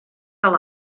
fel